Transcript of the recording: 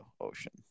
ocean